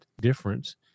difference